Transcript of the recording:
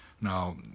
Now